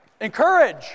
Encourage